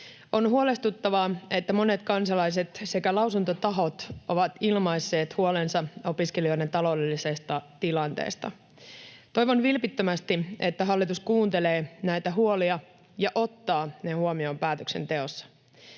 On huolestuttavaa, että monet kansalaiset sekä lausuntotahot ovat ilmaisseet huolensa opiskelijoiden taloudellisesta tilanteesta. Toivon vilpittömästi, että hallitus kuuntelee näitä huolia ja ottaa ne huomioon päätöksenteossa.